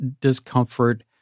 discomfort